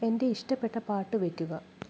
എന്റെ ഇഷ്ടപ്പെട്ട പാട്ട് വെക്കുക